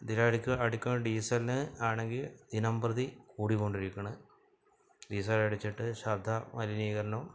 ഇതിൽ അടിക്കുന്ന അടിക്കുന്ന ഡീസലിന് ആണെങ്കിൽ ദിനം പ്രതി കൂടി കൊണ്ടിരിക്കുന്നു ഡീസലടിച്ചിട്ട് ശബ്ദ മലിനീകരണം